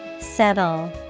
Settle